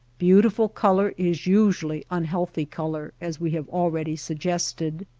beautiful color is usually unhealthy color as we have already suggested.